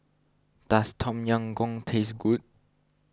does Tom Yam Goong taste good